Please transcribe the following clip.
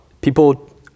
people